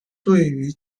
对于